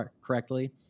correctly